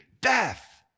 death